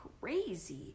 crazy